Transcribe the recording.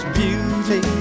beauty